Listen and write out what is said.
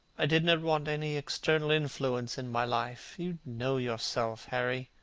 i did not want any external influence in my life. you know yourself, harry,